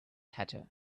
hatter